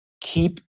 keep